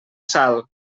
sal